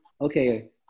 Okay